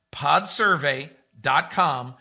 podsurvey.com